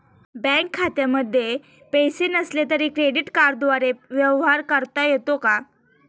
Bank खात्यामध्ये पैसे नसले तरी क्रेडिट कार्डद्वारे व्यवहार करता येतो का?